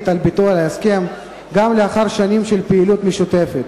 על ביטול ההסכם גם לאחר שנים של פעילות משותפת.